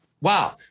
wow